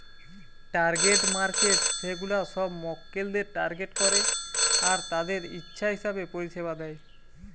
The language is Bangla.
টার্গেট মার্কেটস সেগুলা সব মক্কেলদের টার্গেট করে আর তাদের ইচ্ছা হিসাবে পরিষেবা দেয়